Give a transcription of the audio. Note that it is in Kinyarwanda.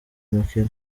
mukino